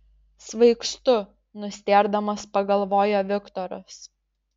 svaigstu nustėrdamas pagalvojo viktoras